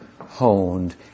honed